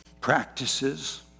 practices